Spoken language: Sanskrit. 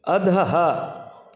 अधः